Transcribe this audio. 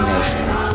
Nations